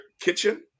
kitchen